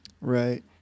Right